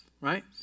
Right